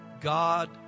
God